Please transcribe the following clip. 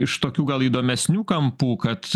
iš tokių gal įdomesnių kampų kad